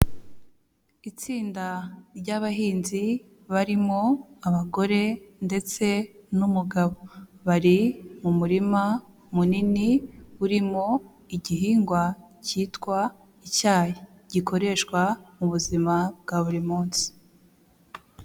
Itsinda ry'abahinzi barimo abagore ndetse n'umugabo, bari mu murima munini urimo igihingwa cyitwa icyayi, gikoreshwa mu buzima bwa buri munsi.